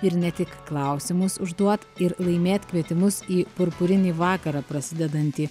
ir ne tik klausimus užduot ir laimėt kvietimus į purpurinį vakarą prasidedantį